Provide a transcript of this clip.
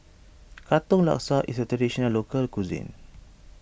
Katong Laksa is a Traditional Local Cuisine